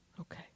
okay